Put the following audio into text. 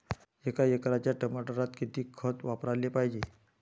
एका एकराच्या टमाटरात किती खत वापराले पायजे?